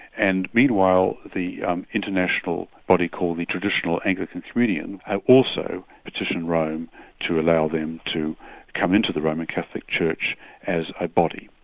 and meanwhile, the international body called the traditional anglican communion have also petitioned rome to allow them to come into the roman catholic church as a body.